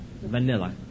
Vanilla